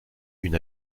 une